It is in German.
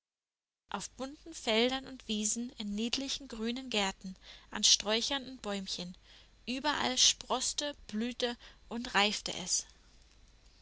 auf bunten feldern und wiesen in niedlichen grünen gärten an sträuchern und bäumchen überall sproßte blühte und reifte es